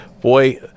boy